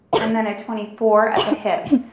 and then a twenty four at the hip,